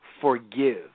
forgive